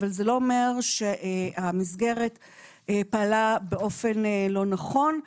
אבל זה לא אומר שהמסגרת פעלה באופן לא נכון.